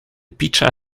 pizza